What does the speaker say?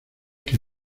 que